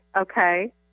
okay